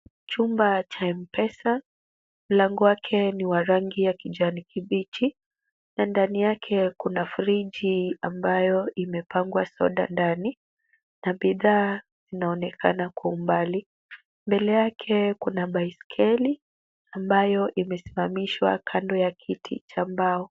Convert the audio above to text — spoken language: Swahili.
Chumba cha M-Pesa. Mlango wake ni wa rangi ya kijani kibichi na ndani yake kuna friji ambayo imepangwa soda ndani na bidhaa zinaonekana kwa umbali. Mbele yake kuna baiskeli ambayo imesimamishwa kando ya kiti cha mbao.